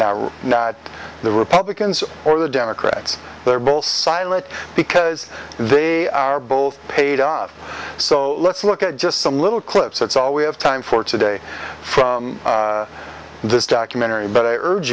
now the republicans or the democrats they're both silent because they are both paid off so let's look at just some little clips that's all we have time for today from this documentary but i urge